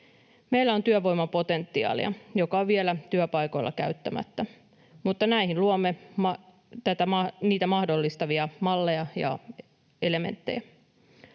Meillä on työvoimapotentiaalia, joka on vielä työpaikoilla käyttämättä, mutta näihin luomme niitä mahdollistavia malleja ja elementtejä.